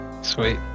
Sweet